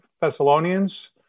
Thessalonians